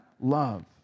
love